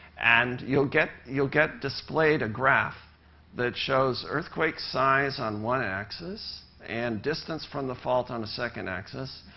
and you'll get you'll get displayed a graph that shows earthquake size on one axis and distance from the fault on a second axis,